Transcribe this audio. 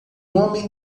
homem